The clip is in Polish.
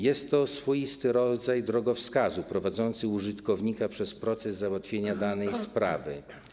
Jest to swoisty rodzaj drogowskazu, prowadzący użytkownika przez proces załatwienia danej sprawy.